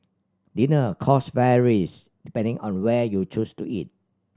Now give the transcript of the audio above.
dinner cost varies depending on where you choose to eat